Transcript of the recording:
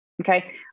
Okay